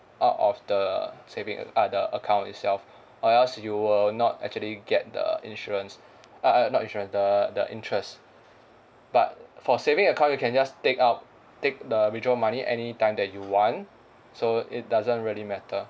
out of the saving uh the account itself or else you will not actually get the insurance uh not insurance the the interest but for saving account you can just take out take the withdraw money any time that you want so it doesn't really matter